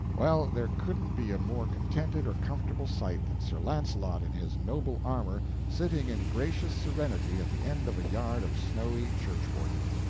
well, there couldn't be a more contented or comfortable sight than sir launcelot in his noble armor sitting in gracious serenity at the end of a yard of snowy church-warden.